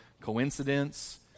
coincidence